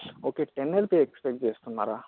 okay ten LP expect చేస్తున్నారా